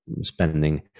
spending